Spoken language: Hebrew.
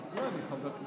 מפריע לי חבר הכנסת.